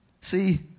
See